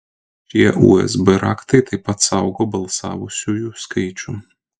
šie usb raktai taip pat saugo balsavusiųjų skaičių